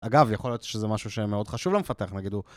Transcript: אגב, יכול להיות שזה משהו שמאוד חשוב למפתח, נגיד הוא...